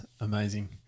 Amazing